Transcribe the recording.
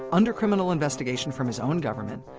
under criminal investigation from his own government,